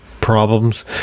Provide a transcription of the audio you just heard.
problems